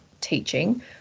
teaching